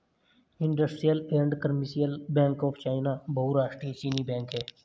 industrial and commercial bank of China बहुराष्ट्रीय चीनी बैंक है